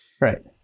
Right